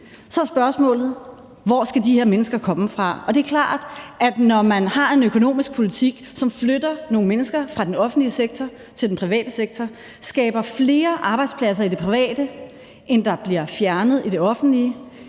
Så er spørgsmålet: Hvor skal de her mennesker komme fra? Det er klart, at når man har en økonomisk politik, som flytter nogle mennesker fra den offentlige sektor til den private sektor, skaber flere arbejdspladser i det private, end der bliver fjernet i det offentlige,